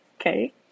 Okay